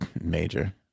major